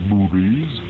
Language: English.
Movies